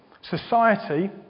Society